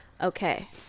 Okay